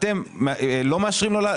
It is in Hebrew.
האם אתם לא מאשרים להם?